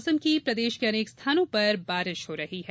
मौसम प्रदेश के अनेक स्थानों पर वर्षा हो रही है